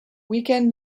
weekend